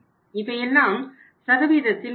இவையெல்லாம் சதவிகிதத்தில் உள்ளன